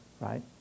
right